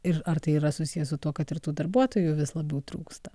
ir ar tai yra susiję su tuo kad ir tų darbuotojų vis labiau trūksta